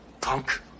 punk